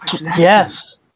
Yes